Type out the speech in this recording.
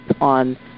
on